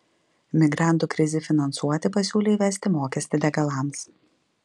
migrantų krizei finansuoti pasiūlė įvesti mokestį degalams